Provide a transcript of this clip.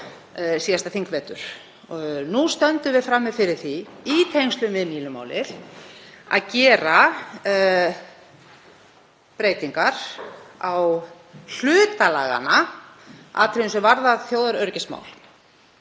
síðasta þingvetur. Nú stöndum við frammi fyrir því í tengslum við Mílumálið að gera breytingar á hluta laganna, atriðum sem varða þjóðaröryggismál.